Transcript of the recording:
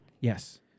Yes